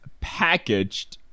packaged